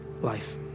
life